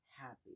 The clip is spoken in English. happy